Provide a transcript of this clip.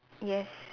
yes